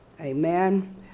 Amen